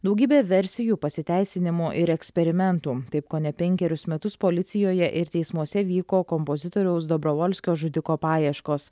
daugybė versijų pasiteisinimų ir eksperimentų taip kone penkerius metus policijoje ir teismuose vyko kompozitoriaus dobrovolskio žudiko paieškos